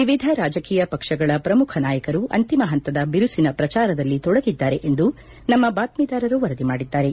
ವಿವಿಧ ರಾಜಕೀಯ ಪಕ್ಷಗಳ ಪ್ರಮುಖ ನಾಯಕರು ಅಂತಿಮ ಹಂತದ ಬಿರುಸಿನ ಪ್ರಚಾರದಲ್ಲಿ ತೊಡಗಿದ್ದಾರೆ ಎಂದು ನಮ್ನ ಬಾತ್ತೀದಾರರು ವರದಿ ಮಾಡಿದ್ಗಾರೆ